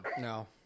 No